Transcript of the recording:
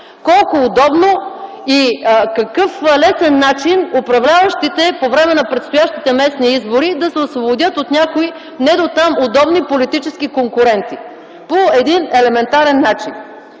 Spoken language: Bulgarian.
Колко удобно и какъв лесен начин управляващите по време на предстоящите местни избори да се освободят от някои не до там удобни политически конкуренти по един елементарен начин.